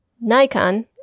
Nikon